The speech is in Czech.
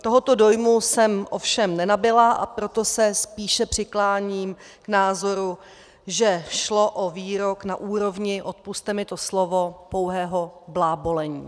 Tohoto dojmu jsem ovšem nenabyla, a proto se spíše přikláním k názoru, že šlo o výrok na úrovni odpusťte mi to slovo pouhého blábolení.